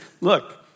look